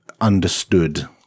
understood